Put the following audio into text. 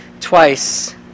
twice